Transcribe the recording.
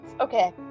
Okay